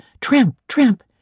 tramp-tramp